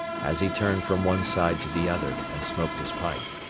as he turned from one side to the other and smoked his pipe.